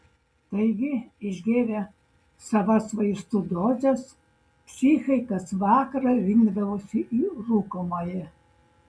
taigi išgėrę savas vaistų dozes psichai kas vakarą rinkdavosi į rūkomąjį